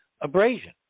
abrasion